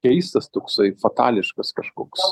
keistas toksai fatališkas kažkoks